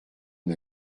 mon